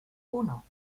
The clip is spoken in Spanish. uno